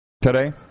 today